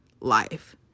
life